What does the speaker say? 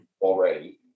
already